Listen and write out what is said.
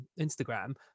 Instagram